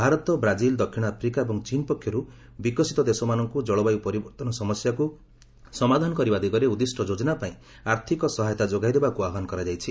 Bharat Brazil ଦକ୍ଷିଣ Africa ଏବଂ ଚୀନ୍ ପକ୍ଷରୁ ବିକଶିତ ଦେଶମାନଙ୍କୁ ଜଳବାୟୁ ପରିବର୍ତ୍ତନ ସମସ୍ୟାକୁ ସମାଧାନ କରିବା ଦିଗରେ ଉଦ୍ଦିଷ୍ଟ ଯୋଜନା ପାଇଁ ଆର୍ଥିକ ସହାୟତା ଯୋଗାଇଦେବାକୁ ଆହ୍ବାନ କରିଛନ୍ତି